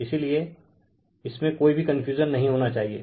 इसीलिए इसमे कोई भी कनफ्यूजन नही होना चाहिए